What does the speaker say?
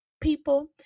people